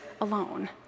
alone